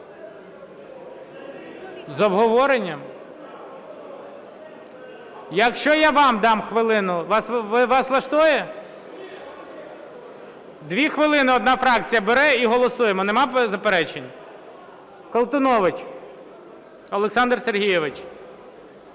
з обговоренням? Якщо я вам дам хвилину, вас влаштує? Дві хвилини одна фракція бере і голосуємо. Немає заперечень? Колтунович Олександр Сергійович.